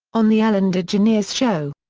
on the ellen degeneres show.